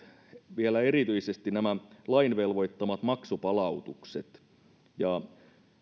vielä erityisesti nämä lain velvoittamat maksupalautukset